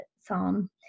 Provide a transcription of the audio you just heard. psalm